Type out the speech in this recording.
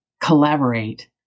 collaborate